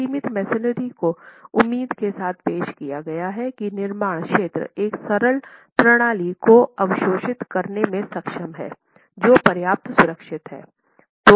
सीमित मैसनरी को उम्मीद के साथ पेश किया गया है कि निर्माण क्षेत्र एक सरल प्रणाली को अवशोषित करने में सक्षम है जो पर्याप्त सुरक्षित है